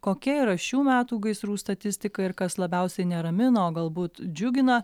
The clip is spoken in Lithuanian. kokia yra šių metų gaisrų statistika ir kas labiausiai neramina o galbūt džiugina